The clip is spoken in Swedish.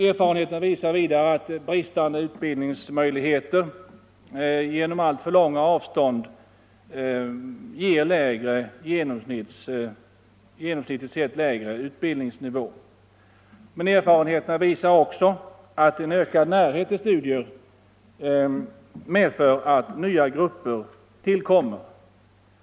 Erfarenheterna visar vidare att bristande utbildningsmöjligheter genom alltför långa avstånd ger genomsnittligt sett lägre utbildningsnivå. Men erfarenheterna visar också att ökad närhet till studier medför att nya grupper tillkommer.